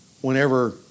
whenever